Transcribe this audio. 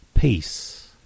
Peace